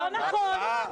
לא נכון.